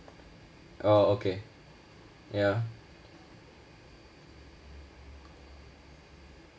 orh okay ya